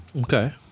Okay